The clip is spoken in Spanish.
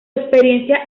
experiencia